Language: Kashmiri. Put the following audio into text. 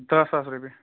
دَہ ساس رۄپیہِ